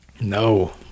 No